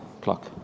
clock